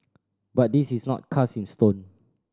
but this is not cast in stone